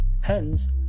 Hence